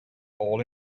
all